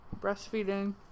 breastfeeding